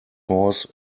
horse